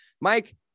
Mike